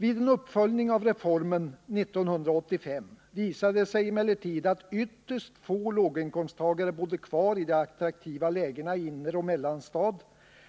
Vid en uppföljning av reformen 1985 visade det sig emellertid att ytterst få låginkomsttagare bodde kvar i de attraktiva lägena i inneroch mellanstad,